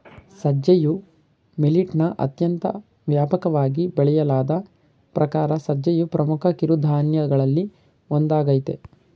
ಸಜ್ಜೆಯು ಮಿಲಿಟ್ನ ಅತ್ಯಂತ ವ್ಯಾಪಕವಾಗಿ ಬೆಳೆಯಲಾದ ಪ್ರಕಾರ ಸಜ್ಜೆಯು ಪ್ರಮುಖ ಕಿರುಧಾನ್ಯಗಳಲ್ಲಿ ಒಂದಾಗಯ್ತೆ